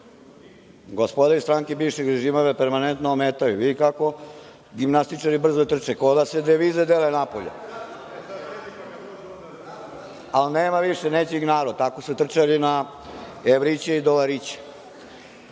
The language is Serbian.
gospoda iz stranke bivšeg režima me permanentno ometaju. Vidite kako gimnastičari brzo trče, ko da se devize dele napolju, ali nema više, neće ih narod. Tako su trčali na evriće i dolariće. Dame